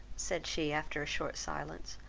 said she after a short silence,